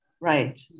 Right